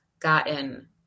gotten